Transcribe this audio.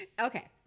Okay